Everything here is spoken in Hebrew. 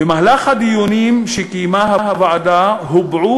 במהלך הדיונים שקיימה הוועדה הובעו